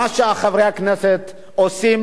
מה שחברי הכנסת עושים,